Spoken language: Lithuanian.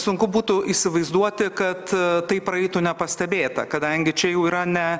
sunku būtų įsivaizduoti kad tai praeitų nepastebėta kadangi čia jau yra ne